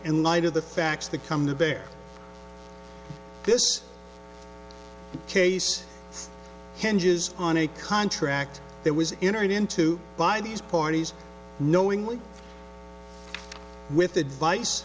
in light of the facts to come to bear this case hinges on a contract that was entering into by these parties knowingly with advice